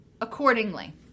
accordingly